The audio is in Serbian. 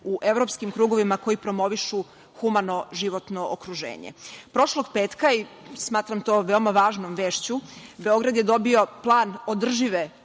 u evropskim krugovima koji promovišu humano životno okruženje. Prošlog petka, i smatram to veoma važnom vešću, Beograd je dobio plan održive